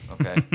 okay